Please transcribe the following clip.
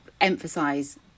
emphasize